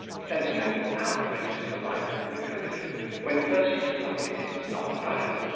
sentimental out-breaks are like liquorice when first you suck it, it's not bad,